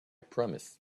promise